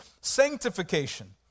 sanctification